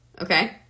Okay